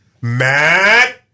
Matt